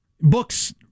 Books